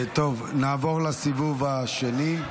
(קורא בשמות חברי הכנסת)